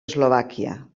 eslovàquia